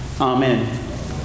Amen